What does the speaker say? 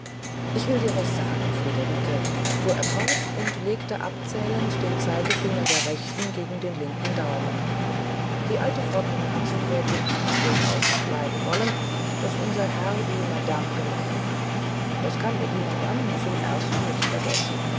ich will dir was sagen friederike fuhr er fort und legte abzählend den zeigefinger der rechten gegen den linken daumen die alte frau kommerzienrätin hat's durchaus nicht leiden wollen daß unser herr die madame genommen hat das kann ihr die madame zum ersten nicht vergessen